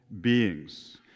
beings